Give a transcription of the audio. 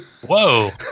whoa